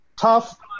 Tough